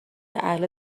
اهل